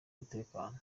umutekano